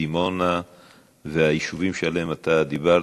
דימונה והיישובים שעליהם דיברת